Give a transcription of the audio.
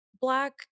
Black